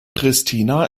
pristina